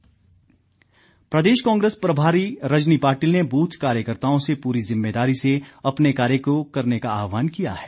कांग्रेस प्रदेश कांग्रेस प्रभारी रजनी पाटिल ने बूथ कार्यकर्ताओं से पूरी जिम्मेदारी से अपने कार्य को करने का आहवान किया है